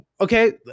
okay